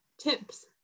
tips